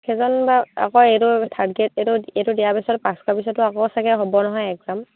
সেইজন বা আকৌ এইটো থাৰ্ড গ্ৰেড এইটো এইটো দিয়াৰ পিছত পাছ কৰাৰ পিছতো আকৌ চাগে হ'ব নহয় এক্সাম